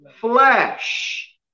flesh